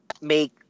make